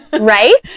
right